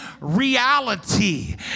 reality